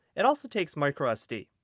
it also takes micro sd.